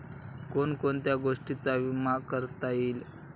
कोण कोणत्या गोष्टींचा विमा करता येईल?